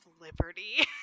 Liberty